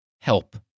Help